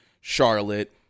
Charlotte